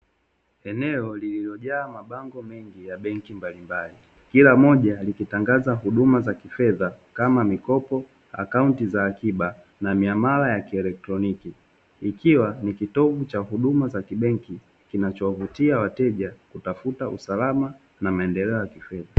Eneo lililojaa mabango mengi ya benki mbalimbali, kila moja likitangaza huduma za kifedha kama: mikopo, akaunti za akiba na miamala ya kielektroniki. Ikiwa ni kitovu cha huduma za kibenki kinachovutia wateja kutafuta usalama, na maendeleo ya kifedha.